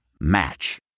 Match